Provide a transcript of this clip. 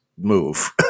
Move